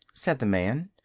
said the man,